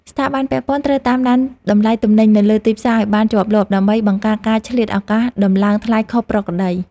ស្ថាប័នពាក់ព័ន្ធត្រូវតាមដានតម្លៃទំនិញនៅលើទីផ្សារឱ្យបានជាប់លាប់ ដើម្បីបង្ការការឆ្លៀតឱកាសដំឡើងថ្លៃខុសប្រក្រតី។